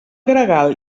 gregal